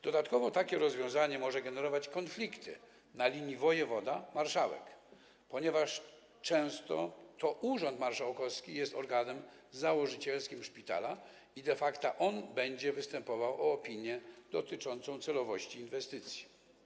Dodatkowo takie rozwiązanie może generować konflikty na linii wojewoda - marszałek, ponieważ często to urząd marszałkowski jest organem założycielskim szpitala i de facto to on będzie występował o opinię dotyczącą celowości inwestycji.